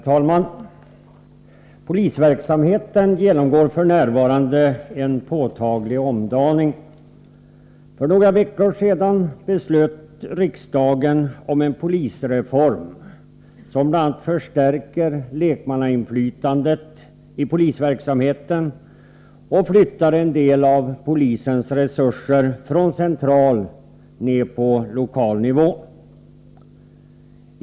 Herr talman! Polisverksamheten genomgår f. n. påtaglig omdaning. För några veckor sedan beslöt riksdagen om en polisreform, som bl.a. förstärker lekmannainflytandet i polisverksamheten och flyttar en del av polisens resurser från central till lokal nivå.